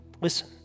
listen